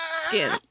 skin